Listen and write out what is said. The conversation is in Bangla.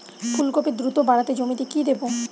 ফুলকপি দ্রুত বাড়াতে জমিতে কি দেবো?